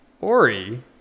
Ori